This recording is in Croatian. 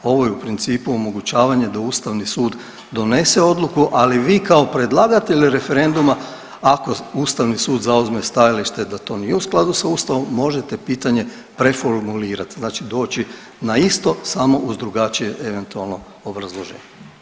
Ovo je u principu, omogućavanje da Ustavni sud donese odluku, ali vi kao predlagatelj referenduma, ako Ustavni sud zauzme stajalište da to nije u skladu sa Ustavom, možete pitanje preformulirati, znači doći na isto, samo uz drugačije eventualno obrazloženje.